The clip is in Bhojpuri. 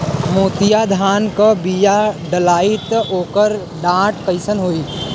मोतिया धान क बिया डलाईत ओकर डाठ कइसन होइ?